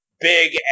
big